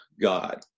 God